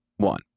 one